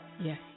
Yes